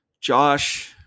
Josh